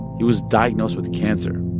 he was diagnosed with cancer,